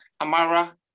Amara